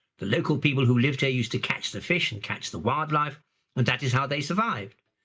the local people, who lived here, used to catch the fish and catch the wildlife and that is how they survived.